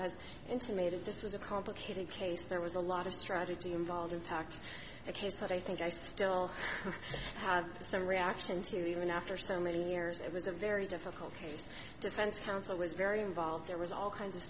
has intimated this was a complicated case there was a lot of strategy involved in fact a case that i think i still have some reaction to even after so many years it was a very difficult case defense counsel was very involved there was all kinds of